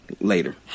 later